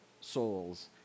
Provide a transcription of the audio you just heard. souls